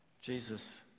Jesus